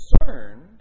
concerned